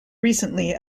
recently